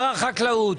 החקלאות,